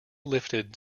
lifted